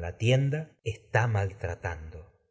la tienda está mal